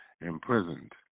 imprisoned